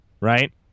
right